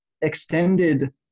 extended